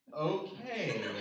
okay